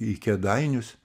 į kėdainius